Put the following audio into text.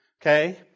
Okay